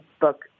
book